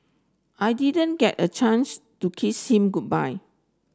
I didn't get a chance to kiss him goodbye